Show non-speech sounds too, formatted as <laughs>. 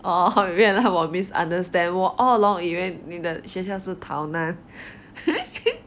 orh 害我 misunderstand 我 all along 以为你的学校是 tao nan <laughs>